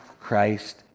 Christ